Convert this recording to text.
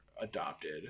adopted